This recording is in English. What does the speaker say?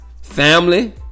family